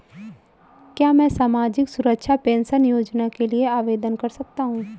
क्या मैं सामाजिक सुरक्षा पेंशन योजना के लिए आवेदन कर सकता हूँ?